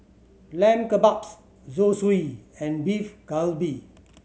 Lamb Kebabs Zosui and Beef Galbi